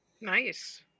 Nice